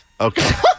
Okay